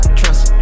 trust